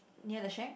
near the shack